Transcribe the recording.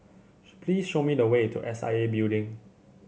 please show me the way to S I A Building